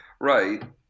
Right